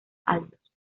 altos